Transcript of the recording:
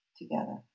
together